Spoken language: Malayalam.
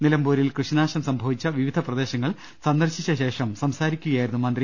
നിലമ്പൂരിൽ കൃഷിനാശം സംഭവിച്ച വിവിധ പ്രദേശങ്ങൾ സന്ദർശിച്ച ശേഷം സംസാരി ക്കുകയായിരുന്നു മന്ത്രി